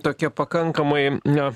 tokie pakankamai na